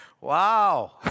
Wow